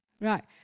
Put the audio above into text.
right